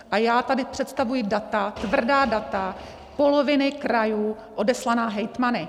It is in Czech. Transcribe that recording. A já tady představuji data, tvrdá data poloviny krajů odeslaná hejtmany.